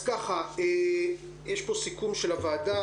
פה סיכום של הוועדה,